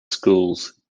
schools